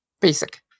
Basic